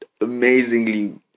amazingly